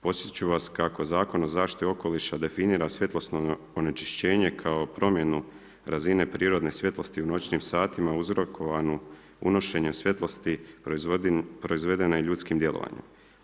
Podsjeti ću vas kako Zakon o zaštiti okoliša definira svjetlosno onečišćenje kao promjenu razine prirodne svjetlosti u noćnim satima uzrokovanu unošenjem svjetlosti proizvedene ljudskim djelovanjem.